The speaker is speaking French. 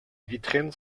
vitrine